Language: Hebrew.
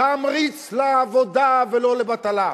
תמריץ לעבודה, ולא לבטלה.